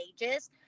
ages